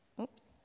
Oops